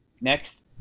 next